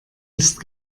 ist